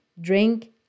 drink